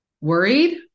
worried